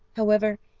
however,